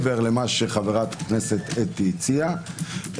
מעבר למה שחברת הכנסת אתי הציעה,